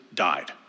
died